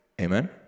Amen